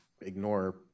ignore